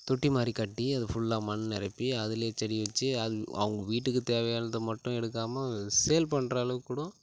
தொட்டி மாதிரிக் கட்டி அது ஃபுல்லாக மண் நிரப்பி அதுலயே செடி வச்சி அதுல் அவங்க வீட்டுக்கு தேவயானதை மட்டும் எடுக்காம சேல் பண்ணுற அளவுக்குக்கூட